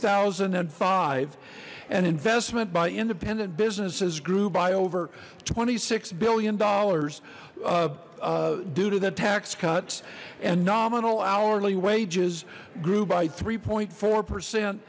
thousand and five an investment by independent businesses grew by over twenty six billion dollars due to the tax cuts and nominal hourly wages grew by three four percent